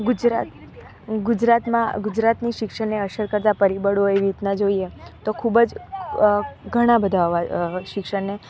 ગુજરાત ગુજરાતમાં ગુજરાતની શિક્ષણને અશર કરતાં પરિબળો એવી રીતના જોઈએ તો ખૂબ જ ઘણા બધા શિક્ષણને